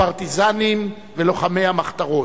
פרטיזנים ולוחמי המחתרות,